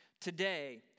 today